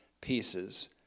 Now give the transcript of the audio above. pieces